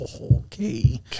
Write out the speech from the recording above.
Okay